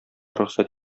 рөхсәт